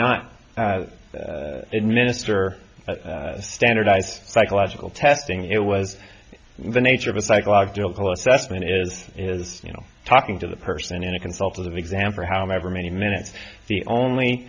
harrington did not minister standardize psychological testing it was the nature of a psychological assessment is is you know talking to the person in a consultative exam for however many minutes the only